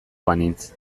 banintz